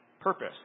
purpose